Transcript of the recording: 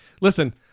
Listen